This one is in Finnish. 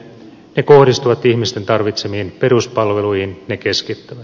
ne kohdistuvat ihmisten tarvitsemiin peruspalveluihin ne keskittävät